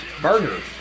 Burgers